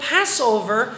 Passover